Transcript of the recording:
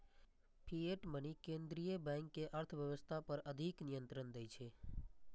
fiat money केंद्रीय bank कें अर्थव्यवस्था पर अधिक नियंत्रण दै छै